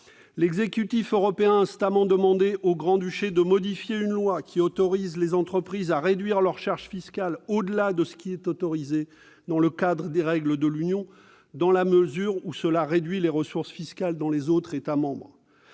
L'exécutif européen a instamment demandé au Grand-Duché de modifier une loi permettant aux entreprises de réduire leurs charges fiscales au-delà de ce qui est autorisé dans le cadre des règles de l'Union, dans la mesure où cela réduit les ressources fiscales dans les autres États membres.